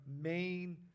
main